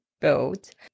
boat